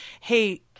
Hey